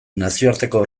nazioarteko